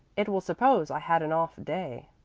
it will suppose i had an off day.